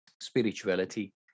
spirituality